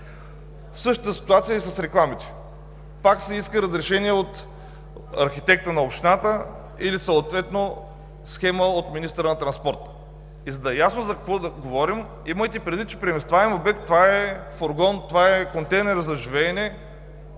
Същата е ситуацията и с рекламите – пак се иска разрешение от архитекта на общината, или съответно схема от министъра на транспорта. За да е ясно за какво говорим, имайте предвид, че преместваем обект е фургон, контейнер за живеене,